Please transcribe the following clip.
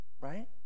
Right